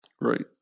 right